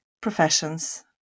professions